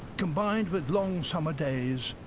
combined with long summer days,